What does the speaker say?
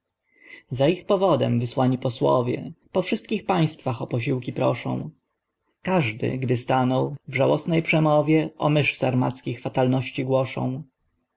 za ich powodem wysłani posłowie po wszystkich państwach o posiłki proszą każdy gdy stanął w żałośnej przemowie o mysz sarmackich fatalności głoszą